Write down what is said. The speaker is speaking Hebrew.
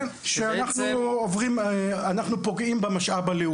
כן, שאנחנו פוגעים במשאב הלאומי.